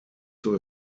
zur